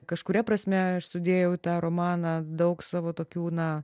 kažkuria prasme aš sudėjau į tą romaną daug savo tokių na